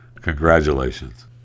Congratulations